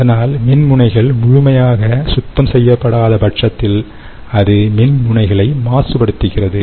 அதனால் மின்முனைகள் முழுமையாக சுத்தம் செய்யப்படாத பட்சத்தில் அது மின் முனைகளை மாசுபடுத்துகிறது